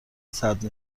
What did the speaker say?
صدر